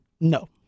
No